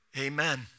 Amen